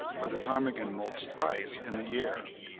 for the ptarmigan moults thrice in the year.